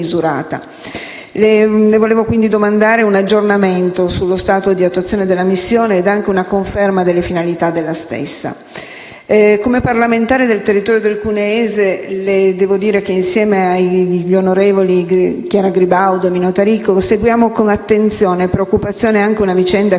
Le chiedo, quindi, un aggiornamento sullo stato di attuazione della missione e anche una conferma delle finalità della stessa. Come parlamentari del territorio cuneese, devo dirle che insieme agli onorevoli Chiara Gribaudo e Mino Taricco seguiamo con attenzione e preoccupazione anche una vicenda che interessa